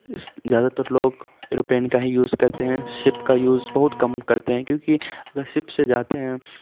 اس زیادہ تر لوگ ایروپلین کا ہی یوز کرتے ہیں شپ کا یوز بہت کم کرتے ہیں کیونکہ اگر شپ سے جاتے ہیں